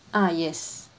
ah yes